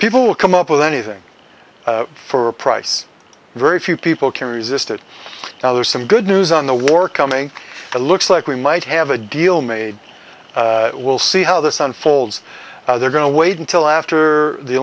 people will come up with anything for a price very few people can resist it now there's some good news on the war coming looks like we might have a deal made we'll see how this unfolds they're going to wait until after the